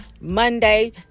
Monday